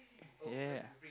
ya